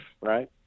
right